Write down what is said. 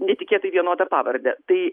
netikėtai vienoda pavarde tai